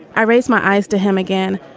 i raised my eyes to him again.